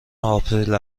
آپریل